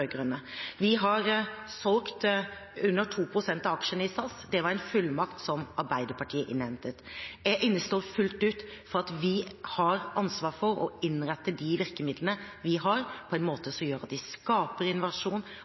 Vi har solgt under 2 pst. av aksjene i SAS. Det var en fullmakt som Arbeiderpartiet innhentet. Jeg innestår fullt ut for at vi har ansvar for å innrette de virkemidlene vi har, på en måte som gjør at de skaper